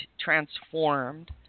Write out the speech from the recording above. transformed